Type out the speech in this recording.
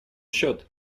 счет